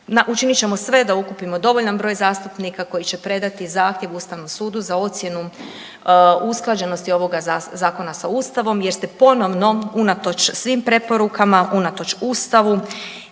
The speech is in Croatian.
Učinit ćemo sve da okupimo dovoljan broj zastupnika koji će predati zahtjev Ustavnom sudu za ocjenom usklađenosti ovoga zakona sa Ustavom jer ste ponovno unatoč svim preporukama, unatoč Ustavu